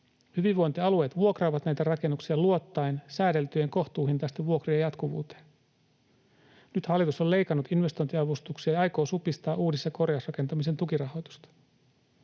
Hyvinvointialueet vuokraavat näitä rakennuksia luottaen säädeltyjen kohtuuhintaisten vuokrien jatkuvuuteen. Nyt hallitus on leikannut investointiavustuksia ja aikoo supistaa uudis- ja korjausrakentamisen tukirahoitusta.